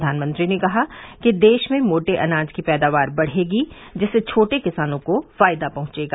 प्रधानमंत्री ने कहा कि देश में मोटे अनाज की पैदावार बढ़ेगी जिससे छोटे किसानों को फायदा पहंचेगा